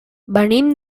venim